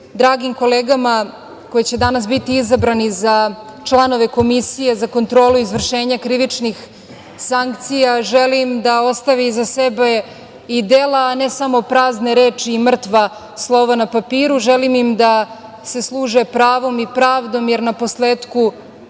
dragim kolegama, koji će danas biti izabrani za članove Komisije za kontrolu izvršenja krivičnih sankcija, želim da ostave iza sebe i dela, a ne samo prazne reči i mrtva slova na papiru. Želim im da se služe pravom i pravdom, jer naposletku,